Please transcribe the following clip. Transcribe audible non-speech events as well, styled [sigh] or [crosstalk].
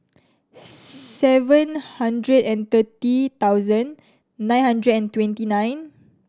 [unintelligible] seven hundred and thirty thousand nine hundred and twenty nine